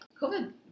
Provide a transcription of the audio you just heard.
COVID